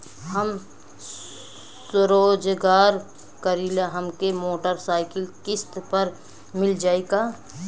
हम स्वरोजगार करीला हमके मोटर साईकिल किस्त पर मिल जाई का?